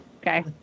Okay